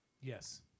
Yes